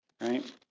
right